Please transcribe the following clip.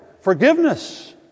Forgiveness